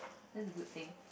that's a good thing